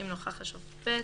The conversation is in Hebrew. אם נוכח השופט,